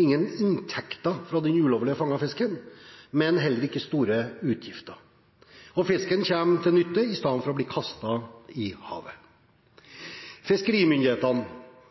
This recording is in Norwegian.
ingen inntekter fra den ulovlig fangede fisken, men heller ikke store utgifter, og fisken kommer til nytte istedenfor å bli kastet i havet. Fiskerimyndighetene